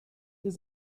does